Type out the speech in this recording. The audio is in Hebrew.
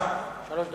בבקשה, שלוש דקות.